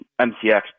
MCX